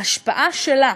ההשפעה שלה